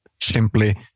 simply